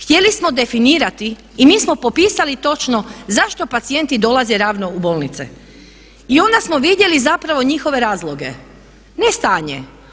Htjeli smo definirati i nismo popisali točno zašto pacijenti dolaze ravno u bolnice, i onda smo vidjeli zapravo njihove razloge, ne stanje.